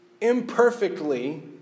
imperfectly